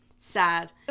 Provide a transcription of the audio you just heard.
sad